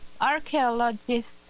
Archaeologists